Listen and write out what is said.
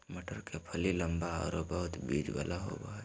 मटर के फली लम्बा आरो बहुत बिज वाला होबा हइ